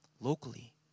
locally